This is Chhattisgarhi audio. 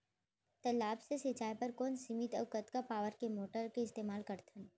तालाब से सिंचाई बर कोन सीमित अऊ कतका पावर के मोटर के इस्तेमाल करथन?